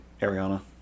Ariana